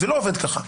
זה לא עובד ככה.